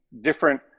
different